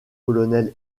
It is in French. colonel